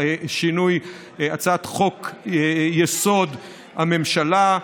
לשינוי הצעת חוק-יסוד: הממשלה.